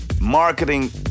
marketing